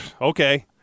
Okay